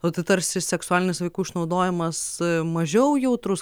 o tai tarsi seksualinis vaikų išnaudojimas mažiau jautrus